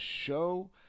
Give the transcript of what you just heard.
show